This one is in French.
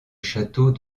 château